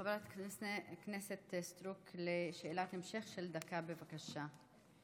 חברת הכנסת סטרוק, שאלת המשך של דקה, בבקשה.